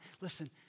Listen